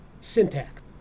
syntax